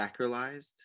sacralized